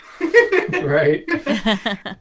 right